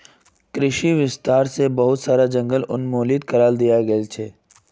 कृषि विस्तार स बहुत सारा जंगल उन्मूलित करे दयाल गेल छेक